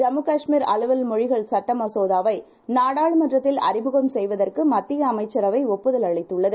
ஜம்முகாஷ்மீர்அலுவல்மொழிகள்சட்டமசோதாவைநாடாளுமன்றத்தில்அறிமுகம்செ ய்வதற்குமத்தியஅமைச்சரவைஒப்புதல்அளித்துள்ளது